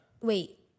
Wait